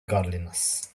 godliness